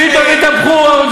פתאום התהפכו,